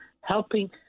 helping